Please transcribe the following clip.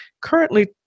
currently